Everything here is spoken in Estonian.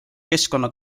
keskkonna